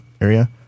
area